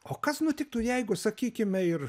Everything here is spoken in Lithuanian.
o kas nutiktų jeigu sakykime ir